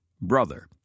brother